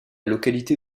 localité